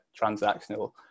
transactional